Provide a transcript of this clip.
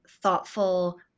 thoughtful